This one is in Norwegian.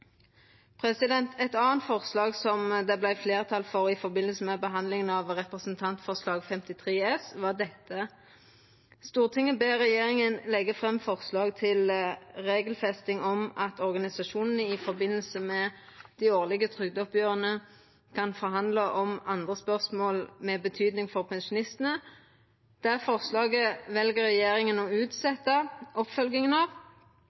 det vart fleirtal for i samband med behandlinga av Dokument 8:53 S for 2020–2021, var dette: «Stortinget ber regjeringen legge frem forslag til regelfesting om at organisasjonene i forbindelse med de årlige trygdeoppgjørene, kan forhandle om andre spørsmål med betydning for pensjonistene.» Det forslaget vel regjeringa å utsetja oppfølginga av.